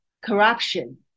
corruption